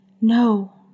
No